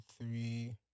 three